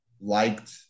liked